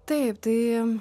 taip tai